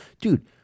Dude